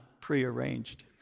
prearranged